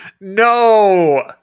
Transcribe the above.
no